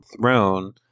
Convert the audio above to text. throne